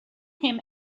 him